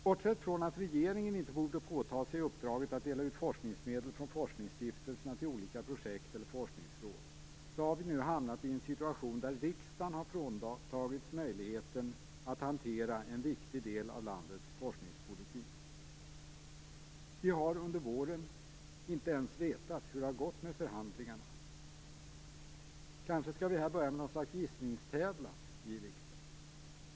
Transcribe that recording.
Bortsett från att regeringen inte borde ta på sig uppdraget att dela ut forskningsmedel från forskningsstiftelserna till olika projekt eller forskningsråd har vi nu hamnat i en situation där riksdagen har fråntagits möjligheten att hantera en viktig del av landets forskningspolitik. Vi har under våren inte ens vetat hur det har gått i förhandlingarna. Kanske skall vi börja med något slags gissningstävlan i riksdagen.